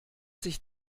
sich